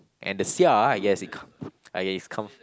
and the sia I guess it come ya it comes